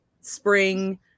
spring